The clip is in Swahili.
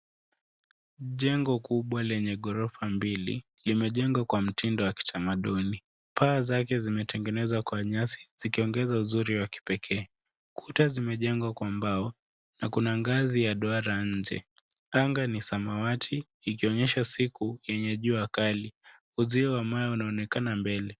Jengo kubwa lenye ghorofa mbili, limejengwa kwa mtindo wa kitamaduni. Paa zake zimetengenezwa kwa nyasi, zikionyesha uzuri wa kipekee. Kuta zimejengwa kwa mbao, na kuna ngazi ya duara nje. Anga ni samawati, ikiomnyesha siku yenye jua kali. Uzio wa mawe unaoneknaa mbele.